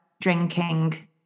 drinking